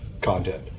content